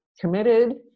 committed